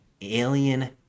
alien